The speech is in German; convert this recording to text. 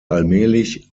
allmählich